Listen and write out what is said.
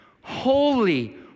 holy